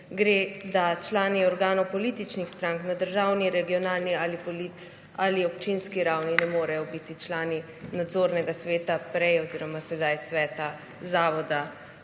gre, da člani organov političnih strank na državni, regionalni ali občinski ravni ne morejo biti člani nadzornega sveta prej oziroma sedaj sveta zavoda.